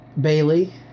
Bailey